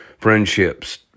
friendships